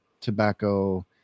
tobacco